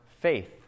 faith